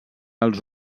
als